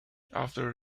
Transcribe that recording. after